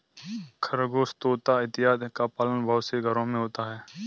खरगोश तोता इत्यादि का पालन बहुत से घरों में होता है